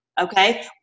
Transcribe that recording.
Okay